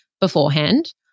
beforehand